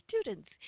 students